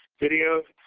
videos.